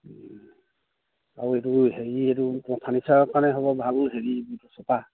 আৰু এইটো হেৰি এইটো ফাৰ্ণচাৰৰ কাৰণে হ'ব ভালো হেৰি চোফা